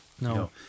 No